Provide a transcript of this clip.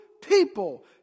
people